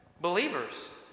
Believers